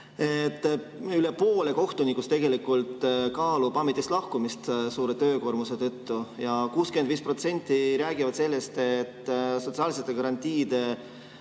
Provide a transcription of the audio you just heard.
üle poole kohtunikest kaalub ametist lahkumist suure töökoormuse tõttu, 65% räägivad sellest, et sotsiaalsete garantiide,